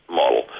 model